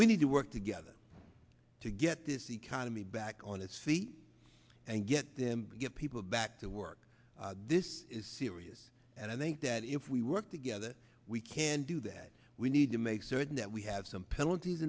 we need to work together to get this economy back on a c and get them get people back to work this is serious and i think that if we work together we can do that we need to make certain that we have some penalties